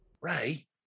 Ray